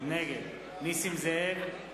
נגד נסים זאב,